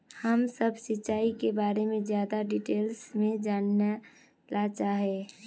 हम सब सिंचाई के बारे में ज्यादा डिटेल्स में जाने ला चाहे?